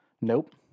Nope